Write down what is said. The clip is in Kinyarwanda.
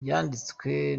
yanditswe